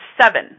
seven